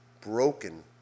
broken